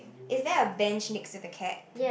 is there a bench next to the cat